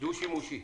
הדו-שימושי.